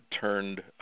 turned